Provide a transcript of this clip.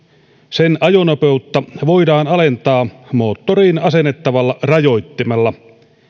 sen ajonopeutta voidaan alentaa moottoriin asennettavalla rajoittimella